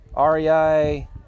REI